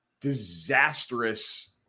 disastrous